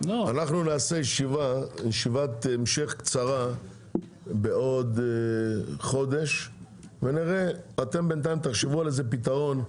אנחנו נעשה ישיבת המשך קצרה בעוד חודש ובינתיים תחשבו על פתרון.